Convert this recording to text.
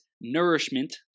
nourishment